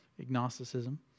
agnosticism